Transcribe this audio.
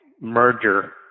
merger